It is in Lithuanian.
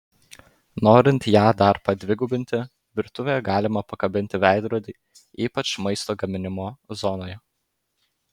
norint ją dar padvigubinti virtuvėje galima pakabinti veidrodį ypač maisto gaminimo zonoje